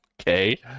Okay